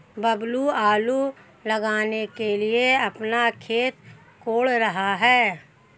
बबलू आलू लगाने के लिए अपना खेत कोड़ रहा है